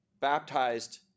baptized